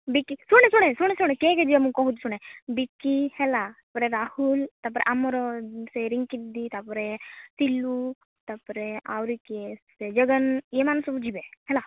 ବିକି ଶୁଣେ ଶୁଣେ ଶୁଣେ ଶୁଣେ କିଏ କିଏ ଯିବା ମୁଁ କହୁଛି ଶୁଣେ ବିକି ହେଲା ପୁରା ରାହୁଲ ତାପରେ ଆମର ସେ ରିଙ୍କି ଦିଦି ତାପରେ ସିଲୁ ତାପରେ ଆଉରି କିଏ ସେ ଜଗନ୍ ଏମାନେ ସବୁ ଯିବେ ହେଲା